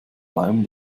bleiben